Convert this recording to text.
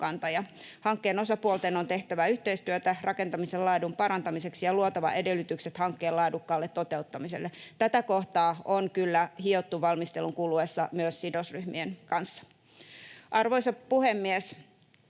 Hankkeen osapuolten on tehtävä yhteistyötä rakentamisen laadun parantamiseksi ja luotava edellytykset hankkeen laadukkaalle toteuttamiselle. Tätä kohtaa on kyllä hiottu valmistelun kuluessa myös sidosryhmien kanssa. Arvoisa puhemies!